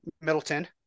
Middleton